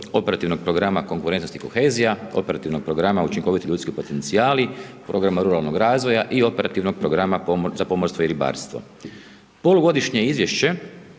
operativnog programa konkurentnosti i kohezija, operativnog programa učinkoviti ljudski potencijali, program ruralnog razvoja i operativnog programa za pomorstvo i ribarstvo. Polugodišnje izvješće